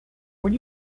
would